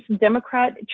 Democrat